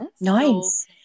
Nice